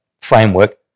framework